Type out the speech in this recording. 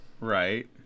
right